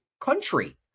country